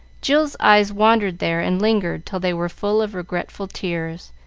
jill's eyes wandered there and lingered till they were full of regretful tears,